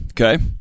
okay